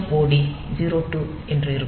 TMOD 02 என்றிருக்கும்